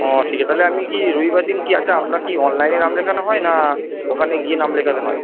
ও ঠিক আছে তালে আমি কি রবিবার দিন কি আচ্ছা আপনার কি অনলাইনে নাম লেখানো হয় না ওখানে গিয়ে নাম লেখাতে হয়